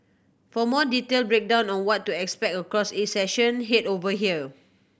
for more detailed breakdown of what to expect across each session head over here